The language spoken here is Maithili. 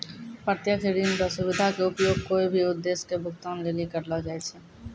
प्रत्यक्ष ऋण रो सुविधा के उपयोग कोय भी उद्देश्य के भुगतान लेली करलो जाय छै